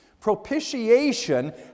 propitiation